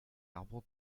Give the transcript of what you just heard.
arbre